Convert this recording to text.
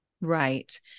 right